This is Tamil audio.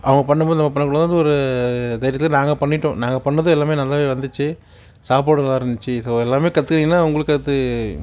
அவங்க பண்ணும்போது நம்ம பண்ணக்கூடாதான்னு ஒரு தைரியத்தில் நாங்கள் பண்ணிவிட்டோம் நாங்கள் பண்ணிணது எல்லாமே நல்லாவே வந்துச்சு சாப்பாடு நல்லா இருந்துச்சு ஸோ எல்லாமே கற்றுக்கினிங்கனா உங்களுக்கு அது